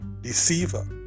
deceiver